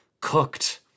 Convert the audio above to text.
cooked